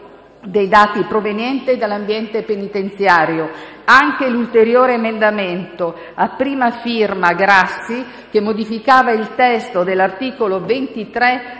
Grazie